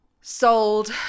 sold